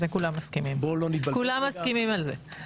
כולם מסכימים על זה.